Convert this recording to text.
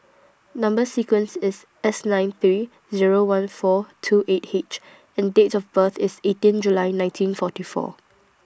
Number sequence IS S nine three Zero one four two eight H and Date of birth IS eighteen July nineteen forty four